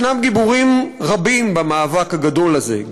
ישנם גיבורים רבים במאבק הגדול הזה,